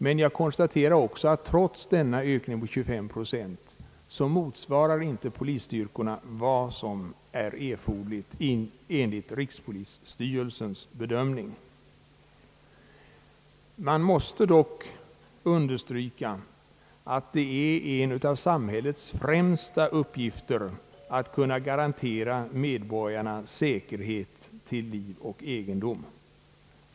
Men jag konstaterar också att trots denna ökning så motsvarar inte polisstyrkorna vad som är erforderligt enligt rikspolisstyrelsens bedömning. Det är dock en av samhällets främsta uppgifter att kunna garantera medborgarna säkerhet till liv och egendom.